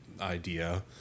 idea